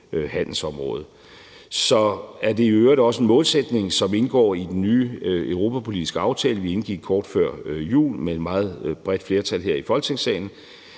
Det er i øvrigt også en målsætning, som indgår i den nye europapolitiske aftale, vi indgik kort før jul med et meget bredt flertal her i Folketingssalen,